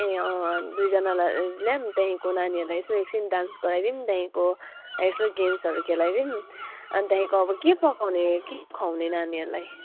ए अँ दुईजनालाई ल्याउँ त्यहाँदेखिको नानीहरूलाई एकछिन डान्स गराइदिउँ त्यहाँदेखिको यसो गेम्स्हरू खेलाइदिउँ अनि त्यहाँदेखिको अब के पकाउने के खुवाउने नानीहरूलाई